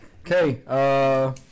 Okay